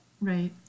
Right